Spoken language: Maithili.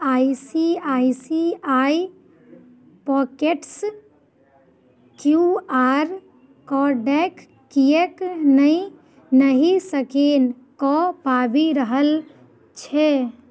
I C I C I Pockets Q R कोडके किएक नहि नहि स्कैन कऽ पाबि रहल छै